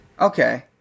Okay